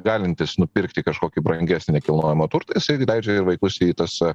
galintis nupirkti kažkokį brangesnį nekilnojamą turtą jisai leidžia vaikus į tas